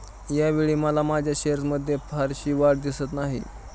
यावेळी मला माझ्या शेअर्समध्ये फारशी वाढ दिसत नाही